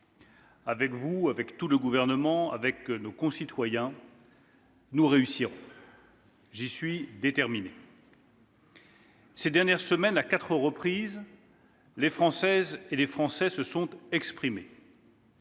Avec vous, avec tout le Gouvernement, avec nos concitoyens, nous réussirons. J'y suis déterminée. « Ces dernières semaines, à quatre reprises, les Françaises et les Français se sont exprimés.